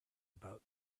about